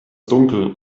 dunkel